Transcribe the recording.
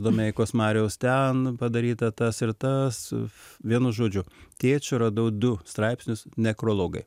domeikos mariaus ten padaryta tas ir tas vienu žodžiu tėčio radau du straipsnius nekrologai